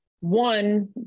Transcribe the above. one